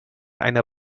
einer